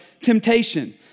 temptation